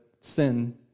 sin